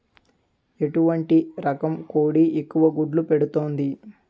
ఎటువంటి రకం కోడి ఎక్కువ గుడ్లు పెడుతోంది?